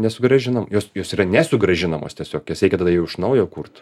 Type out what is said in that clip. nesugrąžinom jos jos yra nesugrąžinamos tiesiog jas reikia tada jau iš naujo kurt